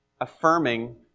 affirming